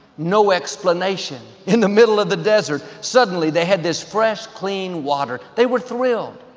no explanation. in the middle of the desert, suddenly they had this fresh, clean water. they were thrilled.